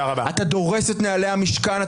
אתה דורס את נהלי המשכן.